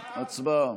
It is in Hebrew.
הצבעה.